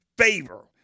favor